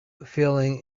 feeling